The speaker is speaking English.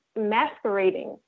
masquerading